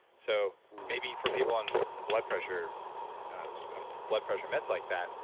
so maybe for people on blood pressure and blood pressure meds like that,